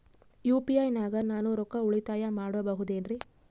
UPI ನಾಗ ನಾನು ರೊಕ್ಕ ಉಳಿತಾಯ ಮಾಡಬಹುದೇನ್ರಿ?